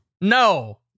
No